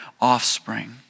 offspring